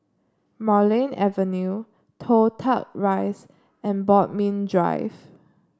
Marlene Avenue Toh Tuck Rise and Bodmin Drive